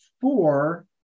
four